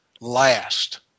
last